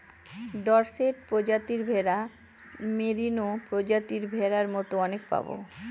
Dorset প্রজাতির ভেড়া, merino প্রজাতির ভেড়ার মতো অনেক পাবো